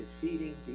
defeating